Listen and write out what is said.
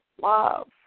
love